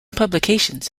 publications